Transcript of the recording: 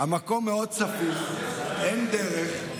המקום מאוד צפוף, אין דרך.